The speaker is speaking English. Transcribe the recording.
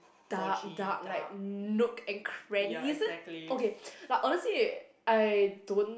dark dark like nook and crannies okay like honestly I don't